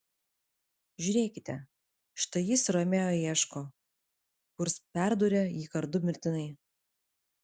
žiūrėkite štai jis romeo ieško kurs perdūrė jį kardu mirtinai